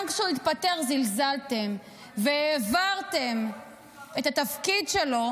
גם כשהוא התפטר, זלזלתם והעברתם את התפקיד שלו